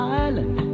island